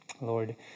Lord